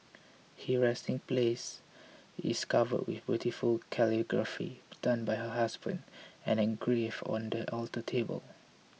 her resting place is covered with beautiful calligraphy done by her husband and engraved on the alter table